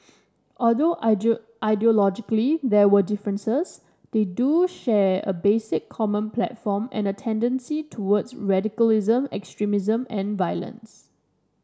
although ideologically there are differences they do share a basic common platform and a tendency towards radicalism extremism and violence